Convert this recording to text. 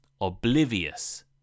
Oblivious